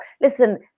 listen